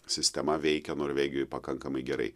sistema veikia norvegijoj pakankamai gerai